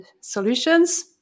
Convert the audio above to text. solutions